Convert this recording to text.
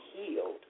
healed